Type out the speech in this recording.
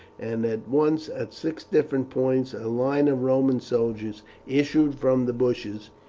and at once at six different points a line of roman soldiers issued from the bushes.